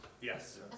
Yes